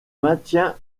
maintient